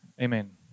Amen